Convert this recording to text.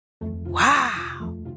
Wow